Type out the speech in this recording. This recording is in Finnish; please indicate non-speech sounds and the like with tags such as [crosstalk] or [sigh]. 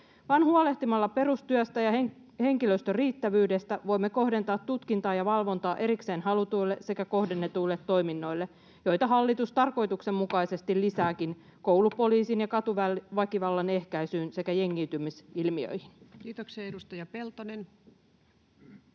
huolehtimalla perustyöstä ja henkilöstön riittävyydestä voimme kohdentaa tutkintaa ja valvontaa erikseen halutuille sekä kohdennetuille toiminnoille, joita hallitus tarkoituksenmukaisesti [noise] lisääkin koulupoliisille ja katuväkivallan ehkäisyyn sekä jengiytymisilmiöihin. Kiitoksia. — Edustaja Peltonen.